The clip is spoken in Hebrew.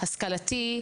השכלתי,